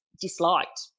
disliked